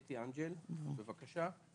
אתי אנג'ל, בבקשה.